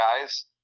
guys